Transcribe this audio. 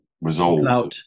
resolve